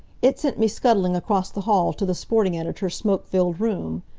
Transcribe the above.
it sent me scuttling across the hall to the sporting editor's smoke-filled room.